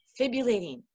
fibrillating